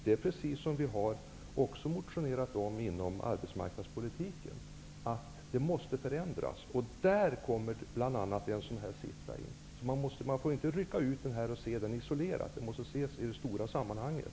Vi har på samma sätt motionerat om arbetsmarknadspolitiken att den måste förändras. Det är i det sammanhanget en sådan här siffra kommer in. Man får inte rycka ut den och se den isolerad. Den måste ses i det stora sammanhanget.